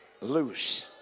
loose